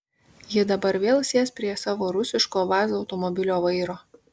ji dabar vėl sės prie savo rusiško vaz automobilio vairo